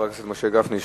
חבר הכנסת משה גפני,